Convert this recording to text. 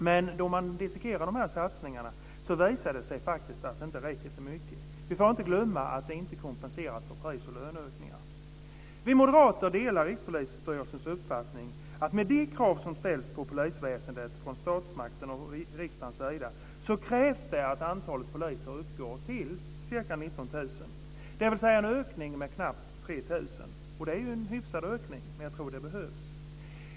Men när man dissekerar satsningarna så visar det sig att de inte räcker till mycket. Vi får inte glömma att det inte kompenseras för pris och löneökningar. Vi moderater delar Rikspolisstyrelsens uppfattning att med de krav som ställs på polisväsendet från statsmakternas och riksdagens sida krävs det att antalet poliser uppgår till ca 19 000, dvs. en ökning med knappt 3 000. Det är ju en hyfsad ökning, men jag tror den behövs.